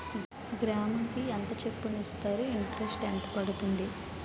గ్రాముకి ఎంత చప్పున ఇస్తారు? ఇంటరెస్ట్ ఎంత పడుతుంది?